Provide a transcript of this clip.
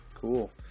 cool